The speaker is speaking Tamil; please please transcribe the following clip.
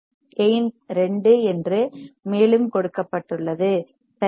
கேயின் 2 என்று மேலும் கொடுக்கப்பட்டுள்ளது சரியா